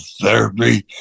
therapy